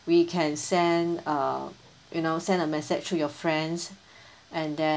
we can send uh you know send a message to your friends and then